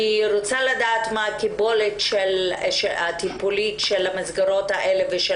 אני רוצה לדעת מה הקיבולת הטיפולית של המסגרות האלה ושל